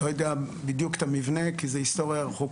לא יודע בדיוק את המבנה, כי זה היסטוריה רחוקה.